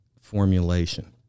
formulation